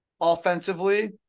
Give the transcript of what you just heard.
offensively